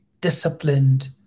disciplined